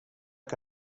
que